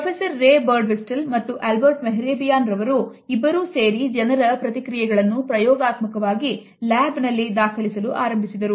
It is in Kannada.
Professor Ray Birdwhistell ಮತ್ತು Albert Mehrabian ರವರು ಇಬ್ಬರೂ ಸೇರಿ ಜನರ ಪ್ರತಿಕ್ರಿಯೆಗಳನ್ನು ಪ್ರಯೋಗಾತ್ಮಕವಾಗಿ ಲ್ಯಾಬ್ ನಲ್ಲಿ ದಾಖಲಿಸಲು ಆರಂಭಿಸಿದರು